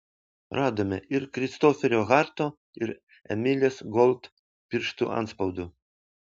radome ir kristoferio harto ir emilės gold pirštų atspaudų